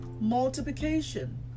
Multiplication